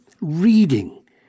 reading